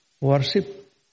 worship